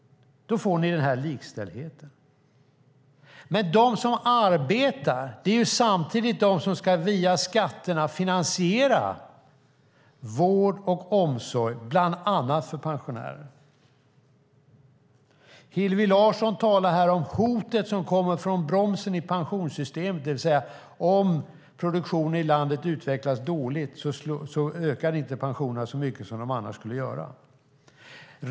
Då får ni likställighet. Men de som arbetar är samtidigt de som via skatterna ska finansiera vård och omsorg bland annat för pensionärerna. Hillevi Larsson talar om hotet som kommer från att bromsen i pensionssystemet slår till, det vill säga att om produktionen i landet utvecklas dåligt ökar inte pensionerna så mycket som de annars skulle göra.